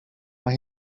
mae